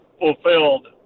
fulfilled